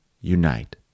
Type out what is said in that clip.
Unite